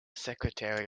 secretary